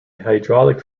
hydraulic